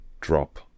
drop